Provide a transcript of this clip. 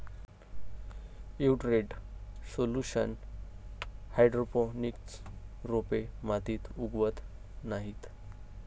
nutrient solution hydroponics रोपे मातीत उगवत नाहीत